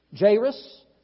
Jairus